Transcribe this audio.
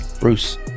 Bruce